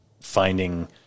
finding